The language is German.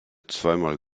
zweimal